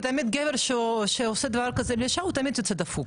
כי תמיד גבר שעושה דבר כזה לאישה הוא תמיד יוצא דפוק.